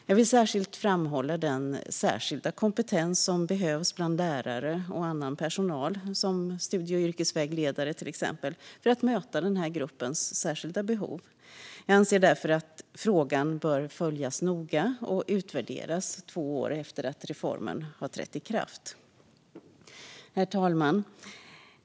Jag vill särskilt framhålla den särskilda kompetens som behövs bland lärare och annan personal, till exempel studie och yrkesvägledare, för att möta denna grupps särskilda behov. Jag anser därför att frågan bör följas noga och utvärderas två år efter att reformen har trätt i kraft. Herr talman!